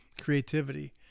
creativity